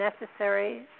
necessary